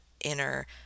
inner